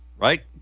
right